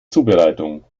zubereitung